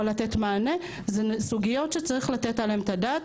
לתת מענה זה סוגיות שצריך לתת עליהם את הדעת.